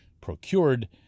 procured